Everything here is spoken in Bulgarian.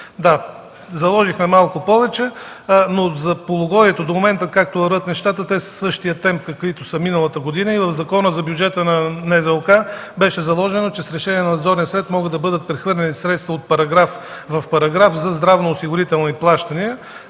Заложихме малко повече, но за полугодието до момента, както вървят нещата, те са със същия темп, каквито са миналата година. В Закона за бюджета на НЗОК беше заложено, че с решение на Надзорния съвет могат да бъдат прехвърлени средства от параграф в параграф за здравноосигурителни плащания,